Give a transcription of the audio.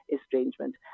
estrangement